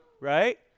right